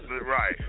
Right